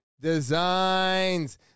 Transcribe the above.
designs